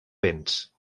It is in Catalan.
vents